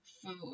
food